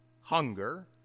hunger